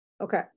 okay